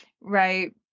right